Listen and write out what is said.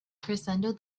crescendo